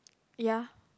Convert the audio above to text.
ya